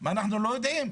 מה, אנחנו לא יודעים?